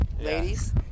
ladies